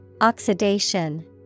Oxidation